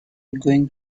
going